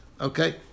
okay